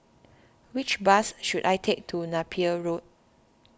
which bus should I take to Napier Road